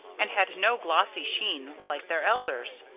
and had no glossy sheen like their elders.